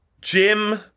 Jim